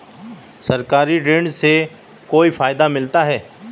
सरकारी ऋण से कोई फायदा मिलता है क्या?